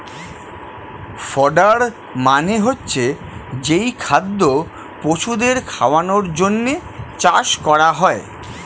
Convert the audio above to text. fodder মানে হচ্ছে যেই খাদ্য পশুদের খাওয়ানোর জন্যে চাষ করা হয়